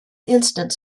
instant